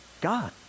God